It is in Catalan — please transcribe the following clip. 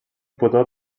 pudor